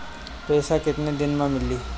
पैसा केतना दिन में मिली?